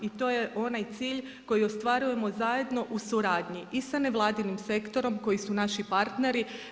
I to je onaj cilj koji ostvarujemo zajedno u suradnji i sa nevladinim sektorom koji su naši partneri.